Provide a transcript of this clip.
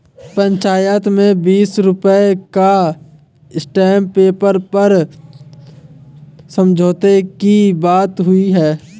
पंचायत में बीस रुपए का स्टांप पेपर पर समझौते की बात हुई है